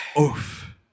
Oof